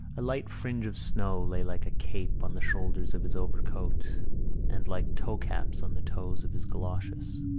a light fringe of snow lay like a cape on the shoulders of his overcoat and like toecaps on the toes of his goloshes